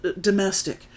domestic